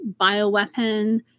bioweapon